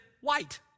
white